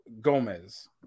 Gomez